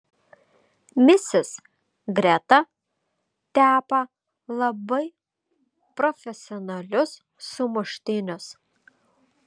misis greta tepa labai profesionalius sumuštinius